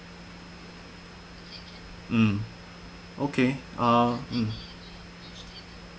mm okay uh um